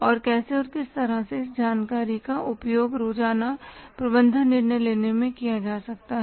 और कैसे और किस तरह से इस जानकारी का उपयोग रोज़ाना प्रबंधन निर्णय लेने में किया जा सकता है